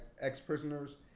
ex-prisoners